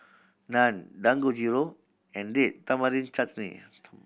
Naan Dangojiru and Date Tamarind Chutney